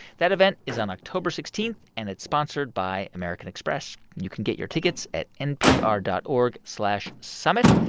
that event is on october sixteen, and it's sponsored by american express. you can get your tickets at npr dot org slash summit.